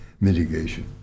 mitigation